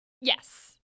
yes